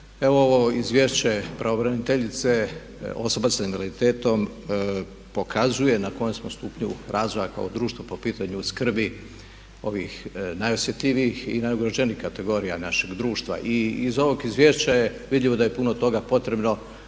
Evo ovo Izvješće pravobraniteljice osoba sa invaliditetom pokazuje na kojem smo stupnju razvoja kao društvo po pitanju skrbi ovih najosjetljivijih i najugroženijih kategorija našeg društva. I iz ovog izvješća je vidljivo da je puno toga potrebno